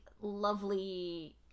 lovely